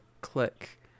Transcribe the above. Click